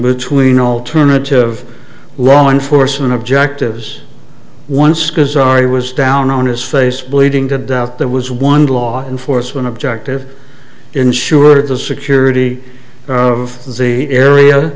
between alternative law enforcement objectives once because ari was down on his face bleeding to death there was one law enforcement objective ensured the security of the area